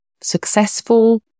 successful